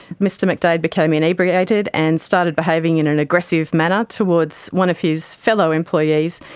mr mcdaid became inebriated and started behaving in an aggressive manner towards one of his fellow employees,